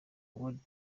world